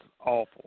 awful